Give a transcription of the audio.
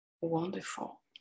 wonderful